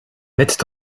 mettent